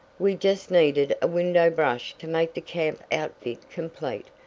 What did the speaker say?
we just needed a window brush to make the camp outfit complete.